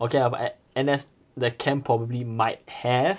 okay lah but n~ N_S the camp probably might have